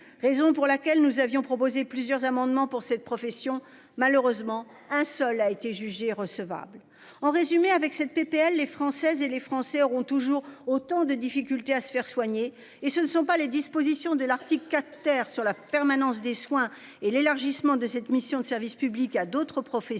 raison pour laquelle nous avions proposé plusieurs amendements pour cette profession, malheureusement, un seul a été jugée recevable. En résumé, avec cette PPL les Françaises et les Français auront toujours autant de difficultés à se faire soigner et ce ne sont pas les dispositions de l'article 4 terre sur la permanence des soins et l'élargissement de cette mission de service public à d'autres professions